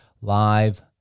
live